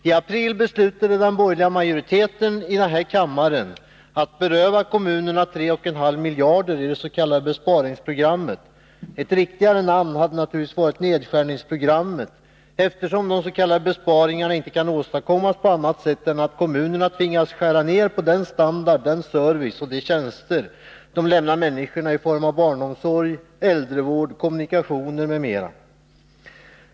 I april beslutade den borgerliga majoriteten i denna kammare att beröva kommunerna 3,5 miljarder i det s.k. besparingspro grammet — ett riktigare namn hade naturligtvis varit nedskärningsprogrammet, eftersom de s.k. besparingarna inte kan åstadkommas på annat sätt än att kommunerna tvingas skära ner på den standard, den service och de tjänster de lämnar till människorna i form av barnomsorg, äldrevård, kommunikationer m.m.